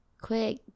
quick